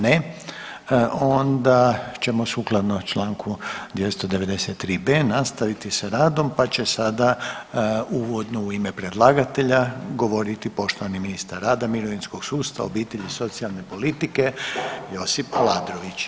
Ne onda ćemo sukladno čl. 293.b. nastaviti sa radom pa će sada uvodno u ime predlagatelja govoriti poštovani ministar rada, mirovinskog sustava, obitelji i socijalne politike Josip Aladrović.